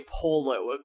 polo